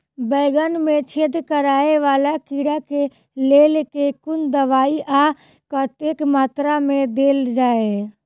बैंगन मे छेद कराए वला कीड़ा केँ लेल केँ कुन दवाई आ कतेक मात्रा मे देल जाए?